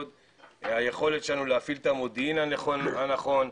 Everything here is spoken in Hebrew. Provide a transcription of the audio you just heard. והיכולת שלנו להפעיל את המודיעין הנכון,